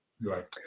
Right